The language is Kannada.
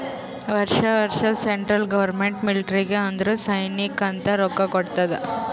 ವರ್ಷಾ ವರ್ಷಾ ಸೆಂಟ್ರಲ್ ಗೌರ್ಮೆಂಟ್ ಮಿಲ್ಟ್ರಿಗ್ ಅಂದುರ್ ಸೈನ್ಯಾಕ್ ಅಂತ್ ರೊಕ್ಕಾ ಕೊಡ್ತಾದ್